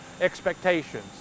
expectations